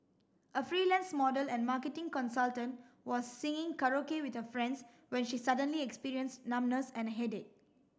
a freelance model and marketing consultant was singing karaoke with her friends when she suddenly experienced numbness and a headache